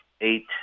eight